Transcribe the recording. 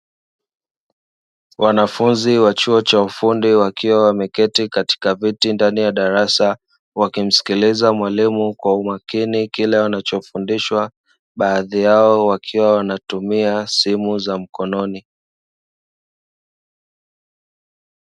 Wanafunzi wa chuo cha ufundi wakiwa wameketi katika viti ndani ya darasa wakimsilkiliza mwalimu kwa umakini kile anachofundisha, baadhi yao wakiwa wanatumia simu za mkononi.